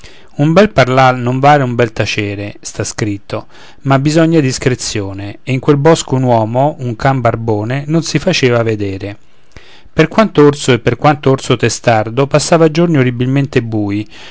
un bel parlar non vale un bel tacere sta scritto ma bisogna discrezione ed in quel bosco un uomo un can barbone non si facea vedere per quant'orso e per quanto orso testardo passava giorni orribilmente bui